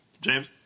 James